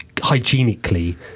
hygienically